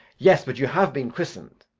yes, but you have been christened.